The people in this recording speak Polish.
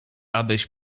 abyś